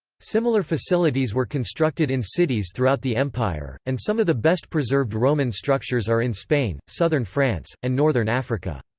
similar facilities were constructed in cities throughout the empire, and some of the best-preserved roman structures are in spain, southern france, and northern africa.